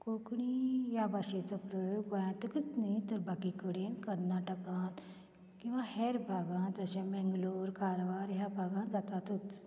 कोंकणी ह्या भाशेचो प्रयोग गोंयातकच न्ही बाकी कडेन कर्नाटकांत किंवा हेर भागांत जशें मेंग्लोर कारवार ह्या भागांत जातातच